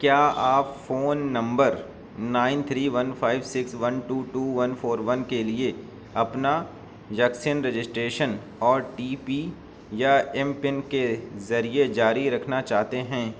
کیا آپ phone number nine three one five six one two two one four one کے لیے اپنا جیکسین رجسٹریشن او ٹی پی یا ایم پن کے ذریعے جاری رکھنا چاہتے ہیں